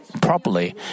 properly